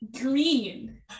Green